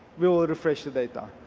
we'll refresh the data.